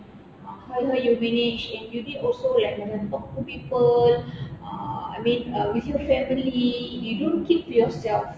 ah how lah you manage and you did also like macam talk to people uh with with your family you don't keep to yourself